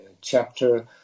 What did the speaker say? chapter